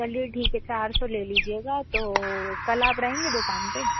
चलिए ठीक है चार सौ ले लीजिएगा तो कल आप रहेंगे दूकान पर